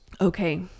okay